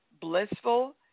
blissful